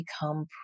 become